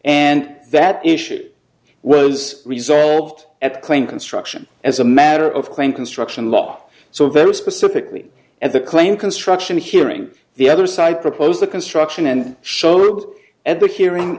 and that issue was resolved at claim construction as a matter of claim construction law so very specifically at the claim construction hearing the other side proposed the construction and showed at the hearing